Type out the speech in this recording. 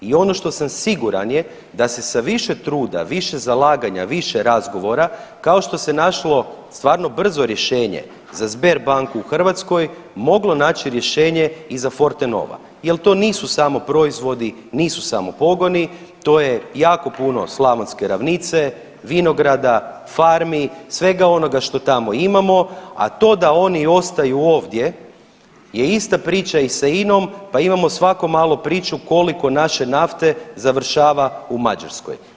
I ono što sam siguran je da se sa više truda, više zalaganja, više razgovora kao što se našlo stvarno brzo rješenje za Sberbanku u Hrvatskoj moglo naći rješenje i za Fortenova jer to nisu samo proizvodi, nisu samo pogoni, to je jako puno slavonske ravnice, vinograda, farmi, svega onoga što tamo imamo, a to da oni ostaju ovdje je ista priča i sa INOM, pa imamo svako malo priču koliko naše nafte završava u Mađarskoj.